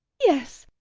yes,